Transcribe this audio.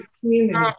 community